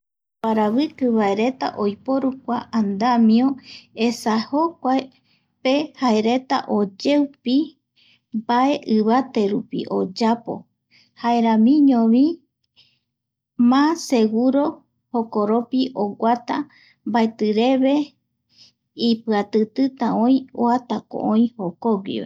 Oparaviki vaereta oiporu kua andamio esa jokuape pejaereta oyeupi mbae ivaterupi oyapo, jaeramiñovi, má seguro jokoropi oguata mbaetireve ipiatitita oï oata ko oï jokoguiva